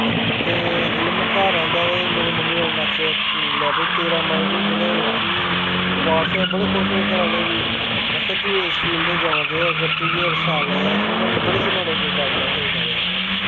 ते जेल्लै में घर आंह्दा ते मेरी मम्मी डैडी ने आखेआ लै भाई तेरा मन कि मतलब तुगी ऑवार्ड थ्होआ बड़े खुश होए घरा आह्ले बी उ'नें आखेआ तू इस फिल्ड च जाना चाहिदा अगर तुगी अगर शैल लगदा ते फ्ही में बड़े चिर बैट बॉल खेढदा रेहा